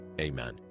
Amen